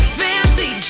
fancy